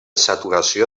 saturació